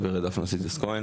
גברת דפנה סידס כהן,